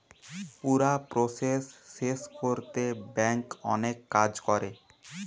পুরা প্রসেস শেষ কোরতে ব্যাংক অনেক কাজ করে